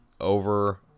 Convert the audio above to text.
over